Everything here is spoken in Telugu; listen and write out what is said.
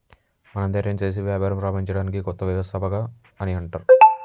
మనం ధైర్యం సేసి వ్యాపారం ప్రారంభించడాన్ని కొత్త వ్యవస్థాపకత అని అంటర్